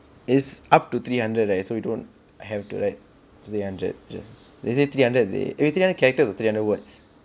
it's up to three hundred right so you don't have to write three hundred just they say three hundred eh is it three hundred character or three hundred words